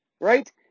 right